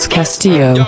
Castillo